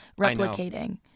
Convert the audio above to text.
replicating